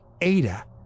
Ada